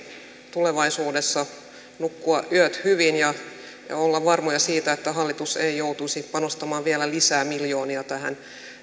tulevaisuudessa nukkua yöt hyvin ja olla varmoja siitä että hallitus ei joutuisi panostamaan vielä lisää miljoonia tähän